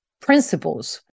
principles